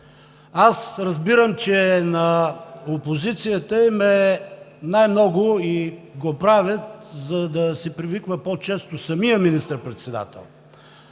Аз разбирам, че на опозицията им е най-много и го правят, за да се привиква по-често самият министър-председател,